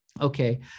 Okay